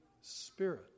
Spirit